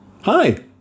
Hi